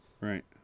Right